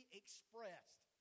expressed